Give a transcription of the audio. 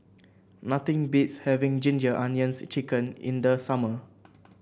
nothing beats having Ginger Onions chicken in the summer